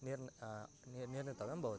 निर्न् निर् निर्णेतव्यं भवति